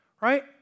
right